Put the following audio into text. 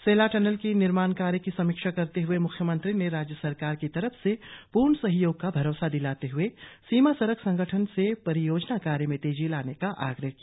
सेला tunnel के निर्माण कार्य की समीक्षा करते हए म्ख्यमंत्री ने राज्य सरकार की तरफ से पूर्ण सहयोग का भरोसा दिलाते हए सीमा सड़क संगठन से परियोजना कार्य में तेजी लाने का आग्रह किया